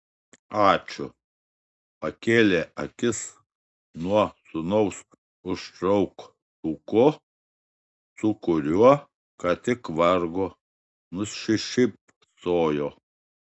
ačiū pakėlė akis nuo sūnaus užtrauktuko su kuriuo ką tik vargo nusišypsojo